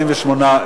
28,